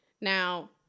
Now